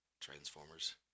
transformers